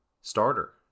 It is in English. starter